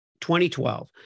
2012